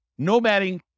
nomading